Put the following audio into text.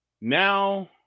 now